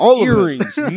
Earrings